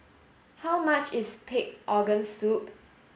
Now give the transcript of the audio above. how much is pig organ soup